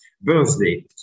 birthday